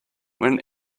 when